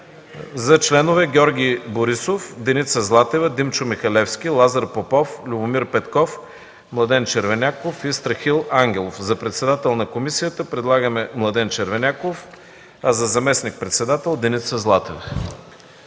За членове: Георги Борисов, Деница Златева, Димчо Михалевски, Лазар Попов, Любомир Петков, Младен Червеняков и Страхил Ангелов. За председател на комисията предлагаме Младен Червеняков, а за заместник-председател – Деница Златева.